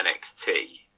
NXT